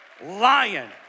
lion